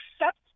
accept